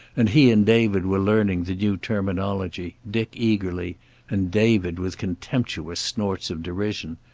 and he and david were learning the new terminology, dick eagerly and david with contemptuous snorts of derision.